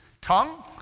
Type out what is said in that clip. tongue